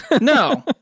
No